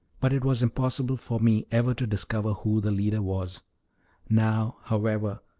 but it was impossible for me ever to discover who the leader was now, however,